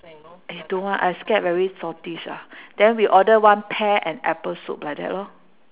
eh don't want I scared very saltish ah then we order one pear and apple soup like that lor